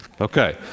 Okay